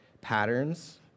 patterns